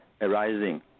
arising